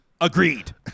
Agreed